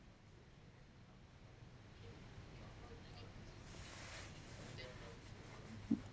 mm